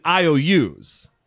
IOUs